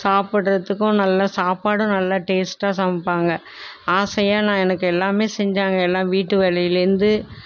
சாப்பிட்டுறதுக்கும் நல்ல சாப்பாடும் நல்லா டேஸ்டாக சமைப்பாங்க ஆசையாக நான் எனக்கு எல்லாமே செஞ்சாங்க எல்லா வீட்டு வேலையில் இருந்து